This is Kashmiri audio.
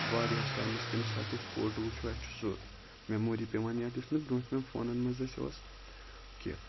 واریاہَس ٹایمَس ییٚمہِ ساتہٕ تہِ أسۍ فوٹو وٕچھو اَسہِ چھُ سُہ میموری پیوان یاد یُس نہٕ برٛونٹھۍ مین فونن منٛز اَسہِ اوس کیٚنہہ